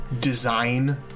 design